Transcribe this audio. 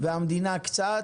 והמדינה קצת,